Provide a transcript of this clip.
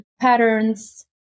patterns